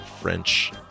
French